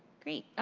great,